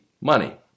money